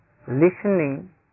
listening